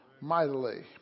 mightily